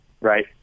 right